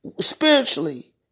spiritually